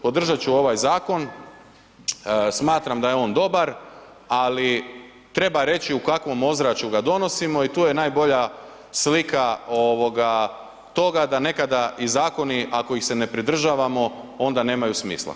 Podržat ću ovaj zakon, smatram da je on dobar, ali treba reći u kakvom ozračju ga donosimo i tu je najbolja slika toga da nekada i zakoni, ako ih se ne pridržavamo, onda nemaju smisla.